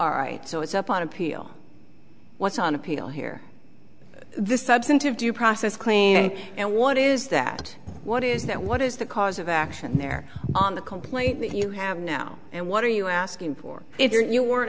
are right so it's up on appeal what's on appeal here the substantive due process claim and what is that what is that what is the cause of action there on the completely you have now and what are you asking for it or you were